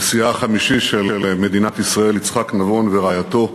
הנשיא החמישי של מדינת ישראל יצחק נבון ורעייתו,